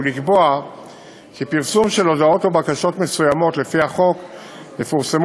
ולקבוע כי הודעות ובקשות מסוימות יפורסמו